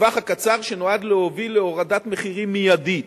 בטווח הקצר שנועד להוביל להורדת מחירים מיידית.